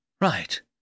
right